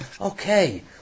Okay